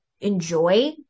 enjoy